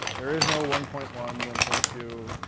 there is no one point one, one point two.